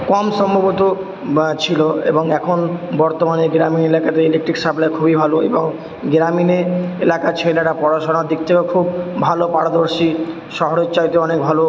কম সম্ভবত ছিলো এবং এখন বর্তমানে গ্রামীণ এলাকাতে ইলেকট্রিক সাপ্লাই খুবই ভালো এবং গ্রামীণে এলাকার ছেলেরা পড়াশোনার দিক থেকে খুব ভালো পারদর্শী শহরের চাইতে অনেক ভালো